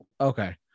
Okay